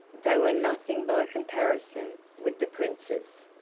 they were nothing by comparison with the prince's.